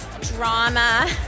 drama